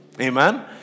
Amen